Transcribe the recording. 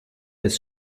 als